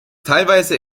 teilweise